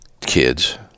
kids